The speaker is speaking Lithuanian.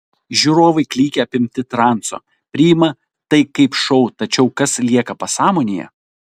žiūrovai klykia apimti transo priima tai kaip šou tačiau kas lieka pasąmonėje